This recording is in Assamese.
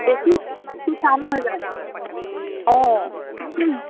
বেছি বেছি টান হৈ যায় অঁ